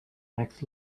next